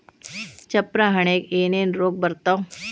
ಚಪ್ರ ಹಣ್ಣಿಗೆ ಏನೇನ್ ರೋಗ ಬರ್ತಾವ?